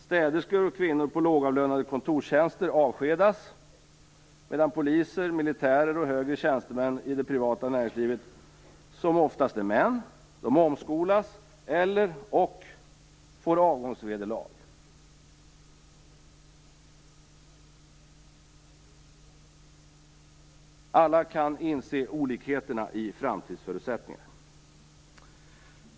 Städerskor och kvinnor på lågavlönade kontorstjänster avskedas, medan poliser, militärer och högre tjänstemän i det privata näringslivet, som oftast är män, omskolas eller/och får avgångsvederlag. Alla kan inse olikheterna i framtidsförutsättningar.